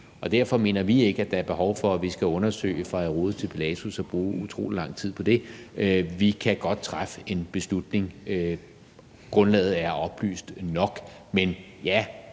derfor mener vi ikke, at der er behov for, at vi skal undersøge det fra Herodes til Pilatus og bruge utrolig lang tid på det. Vi kan godt træffe en beslutning. Grundlaget er oplyst nok. Men ja,